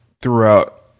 throughout